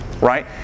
right